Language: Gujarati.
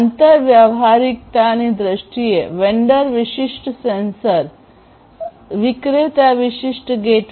આંતરવ્યવહારિકતાની દ્રષ્ટિએ વેન્ડર વિશિષ્ટ સેન્સર છે વિક્રેતા વિશિષ્ટ ગેટવે